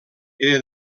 era